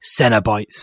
cenobites